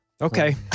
Okay